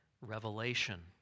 Revelation